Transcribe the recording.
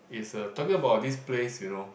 is a talking about this place you know